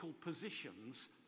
positions